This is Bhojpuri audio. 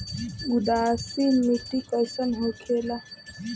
उदासीन मिट्टी कईसन होखेला?